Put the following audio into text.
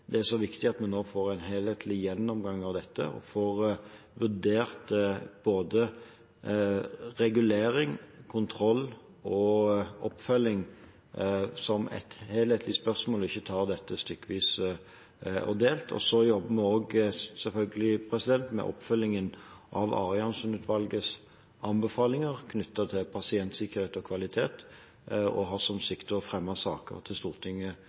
Det er derfor så viktig at vi får en helhetlig gjennomgang av dette, og får vurdert både regulering, kontroll og oppfølging som et helhetlig spørsmål, slik at vi ikke tar dette stykkevis og delt. Vi jobber selvfølgelig også med oppfølgingen av Arianson-utvalgets anbefalinger knyttet til pasientsikkerhet og kvalitet. Vi har som siktemål å fremme saker for Stortinget